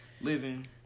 living